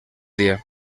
día